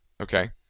okay